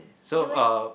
you eh